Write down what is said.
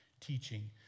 teaching